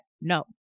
no